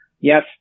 Yes